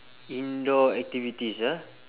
indoor activities ah